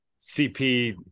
CP